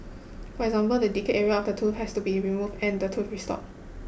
for example the decayed area of the tooth has to be removed and the tooth restored